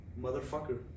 Motherfucker